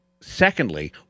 secondly